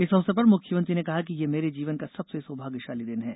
इस अवसर पर मुख्यमंत्री ने कहा कि यह मेरे जीवन का सबसे सौभाग्यशाली दिन है